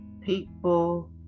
People